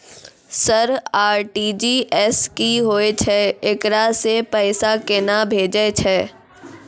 Sir RTGS की होय छै, एकरा से पैसा केना भेजै छै?